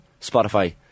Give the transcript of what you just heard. Spotify